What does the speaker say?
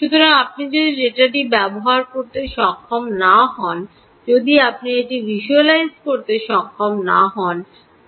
সুতরাং আপনি যদি ডেটাটি ব্যবহার করতে সক্ষম না হন যদি আপনি এটি ভিজ্যুয়ালাইজ করতে সক্ষম না হন